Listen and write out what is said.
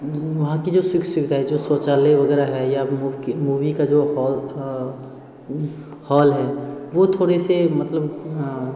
वहाँ की जो सुख सुविधाएं जो शौचालय वग़ैरह है या मूवी की मूवी का जो हॉल हॉल है वो थोड़े से मतलब